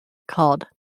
called